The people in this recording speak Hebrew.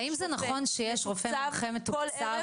האם זה נכון שיש רופא מומחה כל ערב?